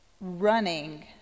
running